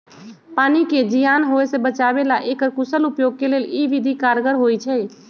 पानी के जीयान होय से बचाबे आऽ एकर कुशल उपयोग के लेल इ विधि कारगर होइ छइ